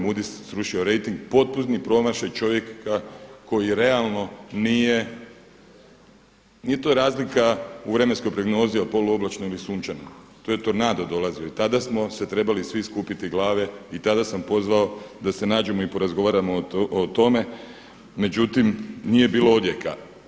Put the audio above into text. Moodys srušio rejting, potpuni promašaj čovjeka koji realno nije, nije to razlika u vremenskoj prognozi jel poluoblačno ili sunčano, to je tornado dolazio i tada smo trebali svi skupiti glavi i tada sam pozvao da se nađemo i porazgovaramo o tome, međutim nije bilo odjeka.